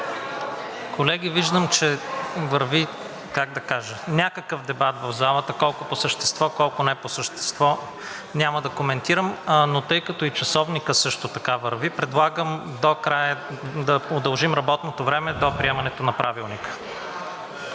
Колеги, виждам, че върви, как да кажа, някакъв дебат в залата – колко по същество, колко не по същество – няма да коментирам, но тъй като и часовникът също така върви, предлагам да удължим работното време до приемането на Правилника.